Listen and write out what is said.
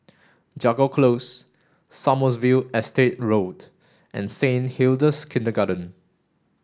Jago Close Sommerville Estate Road and Saint Hilda's Kindergarten